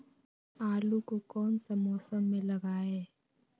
आलू को कौन सा मौसम में लगाए?